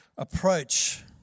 approach